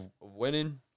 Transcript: winning